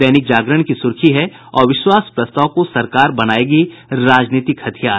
दैनिक जागरण की सुर्खी है अविश्वास प्रस्ताव को सरकार बनायेगी राजनीतिक हथियार